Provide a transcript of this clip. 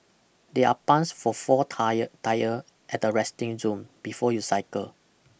there are puns for four tyre tyre at the resting zone before you cycle